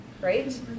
Right